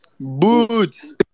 Boots